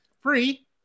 Free